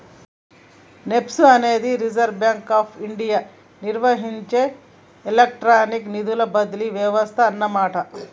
NEFT అనేది reserve bank of India నిర్వహించే electronic నిధుల బదిలీ వ్యవస్థ అన్నమాట